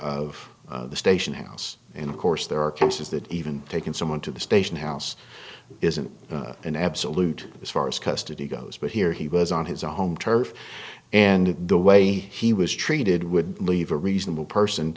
of the station house and of course there are cases that even taken someone to the station house isn't an absolute as far as custody goes but here he was on his own home turf and the way he was treated would leave a reasonable person